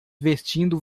vestindo